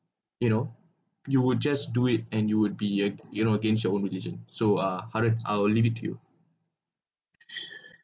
you know you would just do it and you would be a you know against your own religion so uh haren I will leave it to you